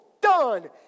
done